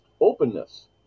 openness